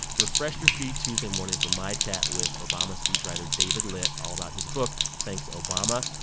refresh your feed tuesday morning for my chat with obama speech-writer david litt all about his book, thanks, obama.